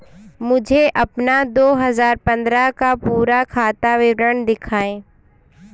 मुझे अपना दो हजार पन्द्रह का पूरा खाता विवरण दिखाएँ?